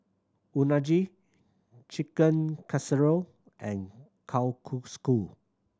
Unagi Chicken Casserole and Kalguksu